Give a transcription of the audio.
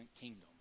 kingdom